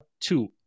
two